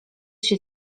się